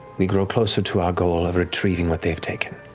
we grow closer to our goal of retrieving what they've taken.